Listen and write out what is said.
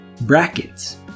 brackets